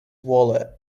wallet